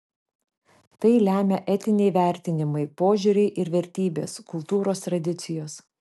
tai lemia etiniai vertinimai požiūriai ir vertybės kultūros tradicijos